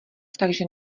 takže